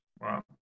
Wow